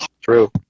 True